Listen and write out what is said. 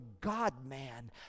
God-man